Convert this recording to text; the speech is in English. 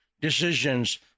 decisions